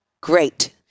great